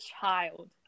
child